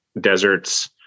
deserts